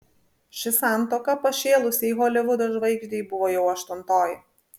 ši santuoka pašėlusiai holivudo žvaigždei buvo jau aštuntoji